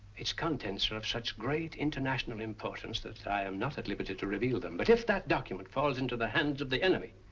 it's contents were of such great international importance that i am not at liberty to reveal them but if that document falls into the hands of the enemy,